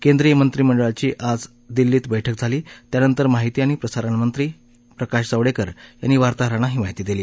केंद्रीय मंत्रीमंडळाची आज दिल्लीत बठ्क झाली त्यानंतर माहिती आणि प्रसारणमंत्री प्रकाश जावडक्कर यांनी वार्ताहरांना ही माहिती दिली